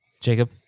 Jacob